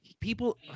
people